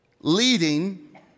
leading